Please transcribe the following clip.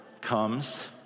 comes